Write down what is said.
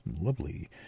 Lovely